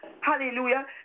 hallelujah